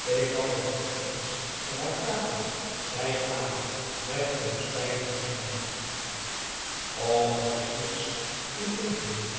ik kan nog niet eens met haar praten zei adam met een spijtigen glimlach och dat is niks integendeel